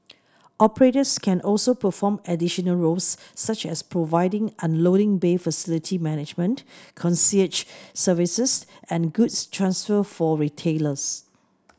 operators can also perform additional roles such as providing unloading bay facility management concierge services and goods transfer for retailers